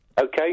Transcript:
Okay